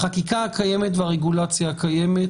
החקיקה הקיימת והרגולציה הקיימת